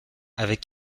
avec